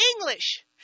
English